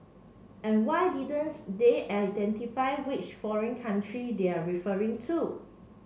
and why didn't they identify which foreign country they're referring to